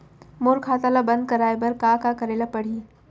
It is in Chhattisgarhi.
मोर खाता ल बन्द कराये बर का का करे ल पड़ही?